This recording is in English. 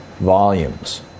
volumes